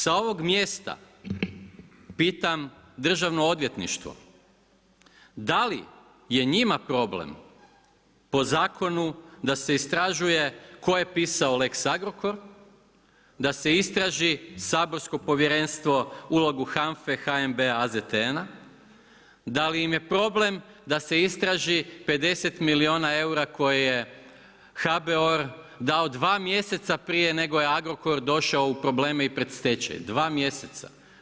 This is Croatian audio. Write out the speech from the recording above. Sa ovog mjesta pitam Državno odvjetništvo, da li je njima problem po zakonu da se istražuje tko je pisao lex Agrokor, da se istraži saborsko povjerenstvo, ulogu HANFA-e, HNB-a, AZTN-a, da li im je problem, da se istraži 50 milijuna eura koje je HBOR, dao 2 mjeseca prije nego je Agrokor došao u probleme i pred stečaj, 2 mjeseca.